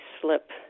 slip